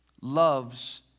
loves